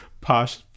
Posh